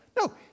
No